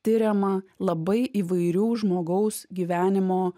tiriama labai įvairių žmogaus gyvenimo